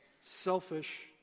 selfish